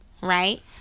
Right